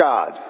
God